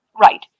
Right